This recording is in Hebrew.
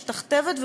משתכתבת,